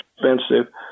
expensive